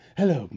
hello